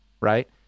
right